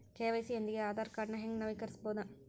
KYC ಯೊಂದಿಗ ಆಧಾರ್ ಕಾರ್ಡ್ನ ಹೆಂಗ ನವೇಕರಿಸಬೋದ